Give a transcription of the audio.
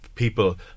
people